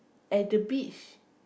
at the beach